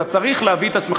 אתה צריך להביא את עצמך.